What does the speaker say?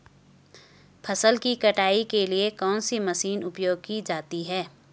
फसल की कटाई के लिए कौन सी मशीन उपयोग की जाती है?